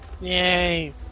Yay